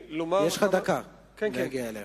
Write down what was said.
יש לך דקה להגיע אליה.